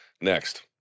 Next